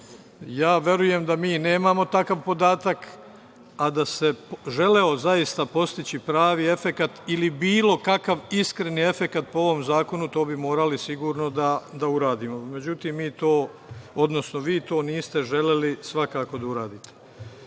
Verujem da mi nemamo takav podatak, a da se želeo zaista postići pravi efekat ili bilo kakav iskreni efekat po ovom zakonu to bi morali sigurno da uradimo. Međutim, vi to niste želeli svakako da uradite. Kada